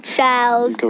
Shells